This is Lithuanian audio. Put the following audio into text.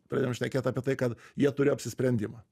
pradėjom šnekėt apie tai kad jie turėjo apsisprendimą